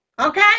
Okay